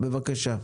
בבקשה.